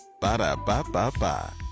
Ba-da-ba-ba-ba